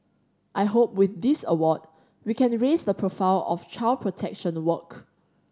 I hope with this award we can raise the profile of child protection work